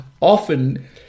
often